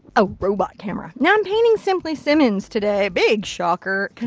a robot camera. now, i'm painting simply simmons today. big shocker. because